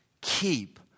keep